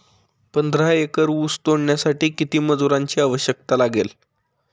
पंधरा एकर ऊस तोडण्यासाठी किती मजुरांची आवश्यकता लागेल?